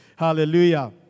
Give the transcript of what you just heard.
Hallelujah